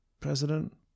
president